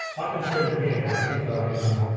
i can trim in here, and i think i am,